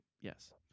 Yes